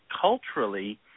culturally